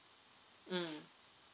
mm